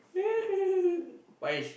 Parish